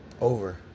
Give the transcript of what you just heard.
Over